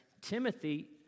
Timothy